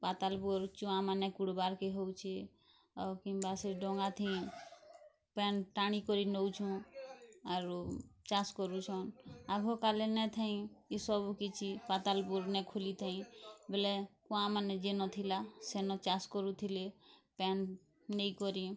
ପାତାଲ୍ ପୁର୍ ଚୁଆମାନେ କୁଡ଼ବାର୍ କେ ହଉଛି ଆଉ କିମ୍ବା ସେ ଡଙ୍ଗା ଥିନ୍ ପେନ୍ ଟାଣି କରି ନଉଛୁ ଆରୁ ଚାଷ୍ କରୁଛନ୍ ଆଗୁ କାଳୀନ୍ ନେଥାଇ ଇ ସବୁ କିଛି ପାତାଲ୍ ପୁର୍ ନେ ଖୁଲିଥେଇ ବେଲେ କୁଆମାନେ ଜେନ୍ ଥିଲା ସେନ୍ ଚାଷ୍ କରୁଥିଲେ ପ୍ୟାନ୍ ନେଇକରି